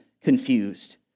confused